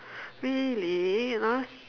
really !huh!